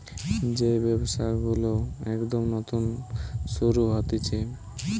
যেই ব্যবসা গুলো একদম নতুন শুরু হতিছে